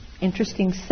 interesting